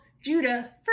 Judah